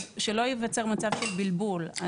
אז שלא ייווצר מצב של בלבול.